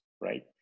right